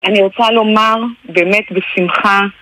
אני רוצה לומר באמת בשמחה